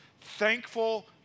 thankful